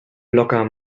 locker